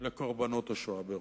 של קורבנות השואה ברומניה.